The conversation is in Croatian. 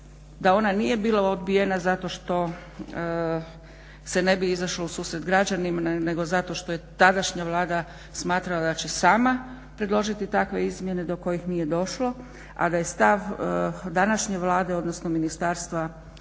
da ona nije bila odbijena zato što se ne bi izašlo u susret građanima nego zato što je tadašnja Vlada smatrala da će sama predložiti takve izmjene do kojih nije došlo, a da je stav današnje Vlade odnosno Ministarstva